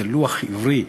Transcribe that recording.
זה לוח עברי,